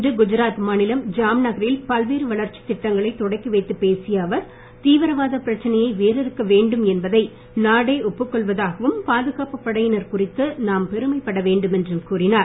இன்று குஜராத் மாநிலம் ஜாம் நகரில் பல்வேறு வளர்ச்சித் திட்டங்களைத் தொடக்கி வைத்துப் பேசிய அவர் தீவிரவாத பிரச்சனையை வேரறுக்க வேண்டும் என்பதை நாடே ஒப்புக் கொள்வதாகவும் பாதுகாப்பு படையினர் குறித்து நாம் பெருமைப்பட வேண்டும் என்றும் கூறினார்